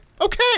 okay